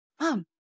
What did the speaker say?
Mom